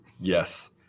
Yes